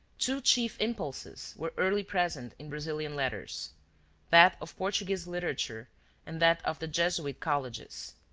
two chief impulses were early present in brazilian letters that of portuguese literature and that of the jesuit colleges.